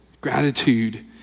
Gratitude